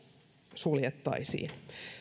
suljettaisiin